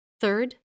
Third